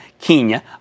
Kenya